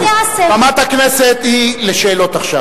בתי-הספר, במת הכנסת היא לשאלות עכשיו.